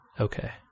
Okay